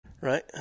Right